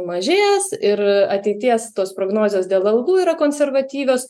mažės ir ateities tos prognozės dėl algų yra konservatyvios